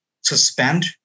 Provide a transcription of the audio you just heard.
suspend